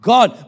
God